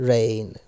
Rain